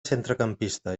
centrecampista